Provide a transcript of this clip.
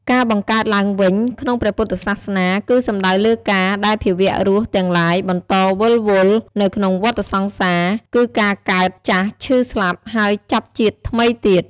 ការបង្កើតឡើងវិញក្នុងព្រះពុទ្ធសាសនា គឺសំដៅលើការដែលភាវៈរស់ទាំងឡាយ បន្តវិលវល់នៅក្នុងវដ្តសង្សារ គឺការកើត ចាស់ ឈឺ ស្លាប់ ហើយចាប់ជាតិថ្មីទៀត។